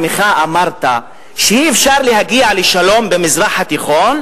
אמרת שאי-אפשר להגיע לשלום במזרח התיכון,